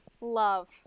Love